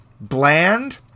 bland